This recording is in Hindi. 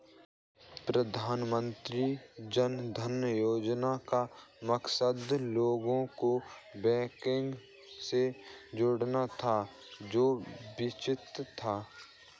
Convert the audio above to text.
प्रधानमंत्री जन धन योजना का मकसद लोगों को बैंकिंग से जोड़ना था जो वंचित थे